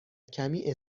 کمی